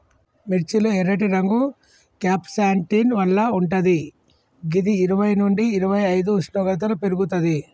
మిర్చి లో ఎర్రటి రంగు క్యాంప్సాంటిన్ వల్ల వుంటది గిది ఇరవై నుండి ఇరవైఐదు ఉష్ణోగ్రతలో పెర్గుతది